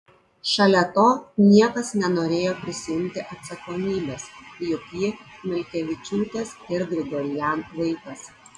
šalia to niekas nenorėjo prisiimti atsakomybės juk ji milkevičiūtės ir grigorian vaikas